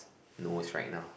knows right now